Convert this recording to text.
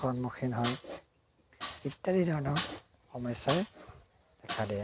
সন্মুখীন হয় ইত্যাদি ধৰণৰ সমস্যাৰ থাকে